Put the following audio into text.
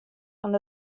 fan